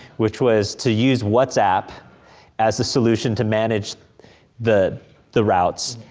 which was to use whatsapp as the solution to manage the the routes.